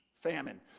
famine